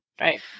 Right